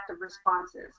responses